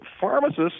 pharmacists